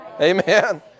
Amen